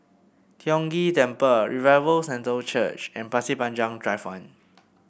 Tiong Ghee Temple Revival Centre Church and Pasir Panjang Drive One